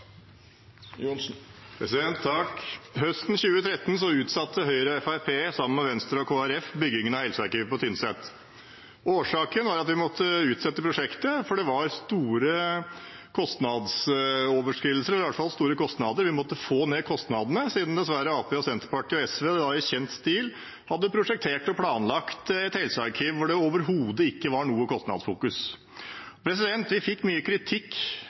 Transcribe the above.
Høsten 2013 utsatte Høyre og Fremskrittspartiet, sammen med Venstre og Kristelig Folkeparti, byggingen av Helsearkivet på Tynset. Årsaken til at vi måtte utsette prosjektet, var at det var store kostnader – vi måtte få ned kostnadene, siden dessverre Arbeiderpartiet, Senterpartiet og SV i kjent stil hadde prosjektert og planlagt et helsearkiv hvor det overhodet ikke var noe kostnadsfokus. Vi fikk mye kritikk